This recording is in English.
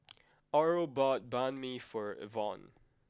Oral bought Banh Mi for Evonne